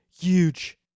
huge